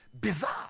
Bizarre